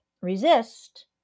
resist